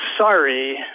sorry